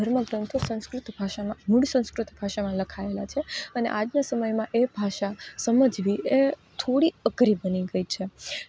ધર્મગ્રંથો સંસ્કૃત ભાષામાં મૂળ સંસ્કૃત ભાષામાં લખાયેલા છે અને આજના સમયમાં એ ભાષા સમજવી એ થોડી અઘરી બની ગઈ છે